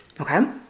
okay